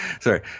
Sorry